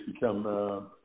become